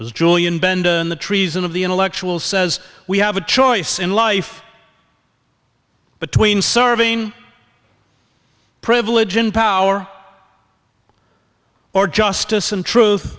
was julian bend and the treason of the intellectual says we have a choice in life between serving privilege and power or justice and truth